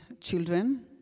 children